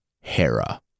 Hera